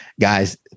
Guys